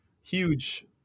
huge